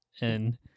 and-